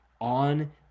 on